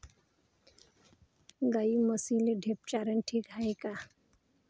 गाई म्हशीले ढेप चारनं ठीक हाये का?